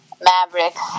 Mavericks